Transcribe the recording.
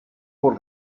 por